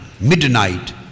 Midnight